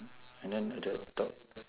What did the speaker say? and then at that top